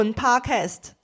podcast